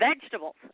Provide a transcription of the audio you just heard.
vegetables